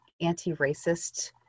anti-racist